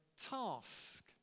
task